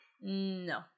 No